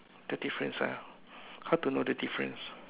the difference ah how to know the difference